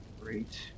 great